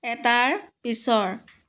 এটাৰ পিছৰ